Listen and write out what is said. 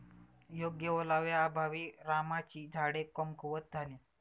योग्य ओलाव्याअभावी रामाची झाडे कमकुवत झाली